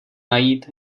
najít